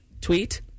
tweet